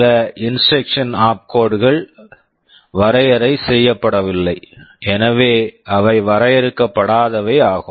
சில instructions opcodes instruction opcodes கள் வரையறை செய்யப்படவில்லை எனவே அவை வரையறுக்கப்படாதவை ஆகும்